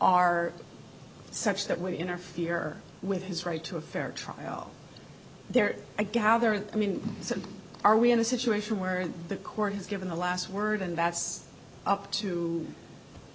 are such that we interfere with his right to a fair trial there i gather and i mean so are we in a situation where the court has given the last word and that's up to